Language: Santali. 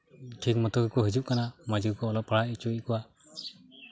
ᱴᱷᱤᱠ ᱢᱚᱛᱚ ᱜᱮᱠᱚ ᱦᱤᱡᱩᱜ ᱠᱟᱱᱟ ᱢᱚᱡᱽ ᱜᱮᱠᱚ ᱚᱞᱚᱜ ᱯᱟᱲᱦᱟᱜ ᱦᱚᱪᱚᱭᱮᱫ ᱠᱚᱣᱟ